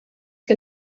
que